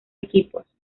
equipos